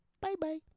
bye-bye